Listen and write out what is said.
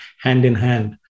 hand-in-hand